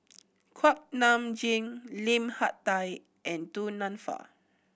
Kuak Nam Jin Lim Hak Tai and Du Nanfa